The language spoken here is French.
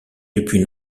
depuis